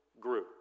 grew